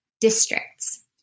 districts